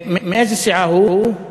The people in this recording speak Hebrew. מאיזו סיעה הוא?